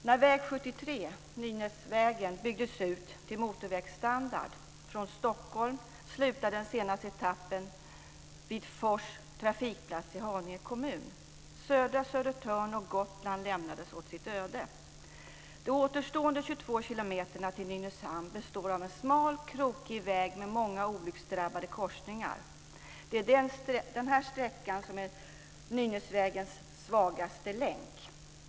När väg 73, Nynäsvägen, byggdes ut till motorvägsstandard från Stockholm slutade den senaste etappen vid De återstående 22 kilometrarna till Nynäshamn består av en smal och krokig väg med många olycksdrabbade korsningar. Det är den här sträckan som är Nynäsvägens svagaste länk.